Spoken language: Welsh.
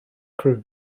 cruise